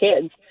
kids